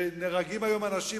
ונהרגים היום אנשים.